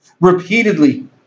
repeatedly